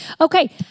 Okay